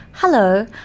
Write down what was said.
Hello